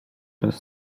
bez